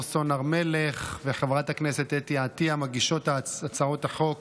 מלך וחברת הכנסת אתי עטייה, מגישות הצעות החוק,